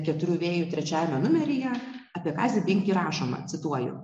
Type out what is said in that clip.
keturių vėjų trečiajame numeryje apie kazį binkį rašoma cituoju